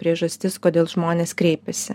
priežastis kodėl žmonės kreipiasi